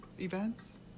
events